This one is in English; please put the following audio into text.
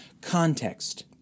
context